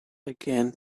again